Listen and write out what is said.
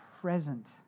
present